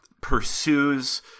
pursues